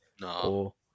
No